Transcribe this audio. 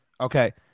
okay